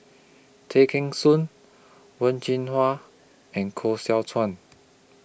Tay Kheng Soon Wen Jinhua and Koh Seow Chuan